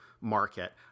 market